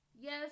Yes